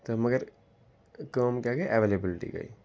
تہٕ مگر کٲم کیٛاہ گٔے اٮ۪ویلیبٕلٹی گٔے